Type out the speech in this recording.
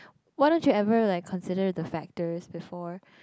why don't you ever like consider the factors before